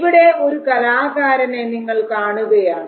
ഇവിടെ ഒരു കലാകാരനെ നിങ്ങൾ കാണുകയാണ്